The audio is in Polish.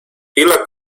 ile